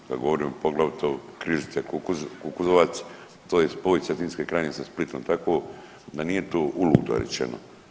Ja govorim o poglavito Križice – Kukuzovac, to je spoj Cetinske krajine sa Splitom, tako da nije to uludo rečeno.